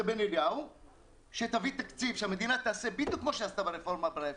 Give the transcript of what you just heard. בן אליהו - והמדינה תעשה בדיוק כמו שהיא עשתה ברפורמה ברפת.